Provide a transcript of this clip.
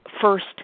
first